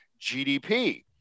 GDP